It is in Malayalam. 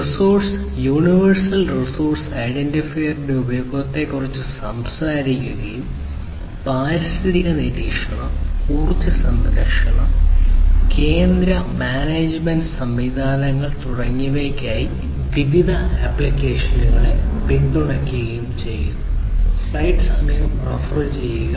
റിസോഴ്സ് യൂണിവേഴ്സൽ റിസോഴ്സ് ഐഡന്റിഫയറുകളുടെ ഉപയോഗത്തെക്കുറിച്ച് സംസാരിക്കുകയും പാരിസ്ഥിതിക നിരീക്ഷണം ഊർജ്ജ സംരക്ഷണം കേന്ദ്ര മാനേജ്മെന്റ് സംവിധാനങ്ങൾ തുടങ്ങിയവയ്ക്കായി വിവിധ ആപ്ലിക്കേഷനുകളെ പിന്തുണയ്ക്കുകയും ചെയ്യുന്നു